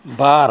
बार